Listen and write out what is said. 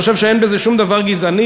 אני חושב שאין בזה שום דבר גזעני,